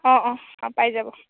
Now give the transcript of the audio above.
অঁ অঁ পা পাই যাব